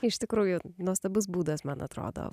iš tikrųjų nuostabus būdas man atrodo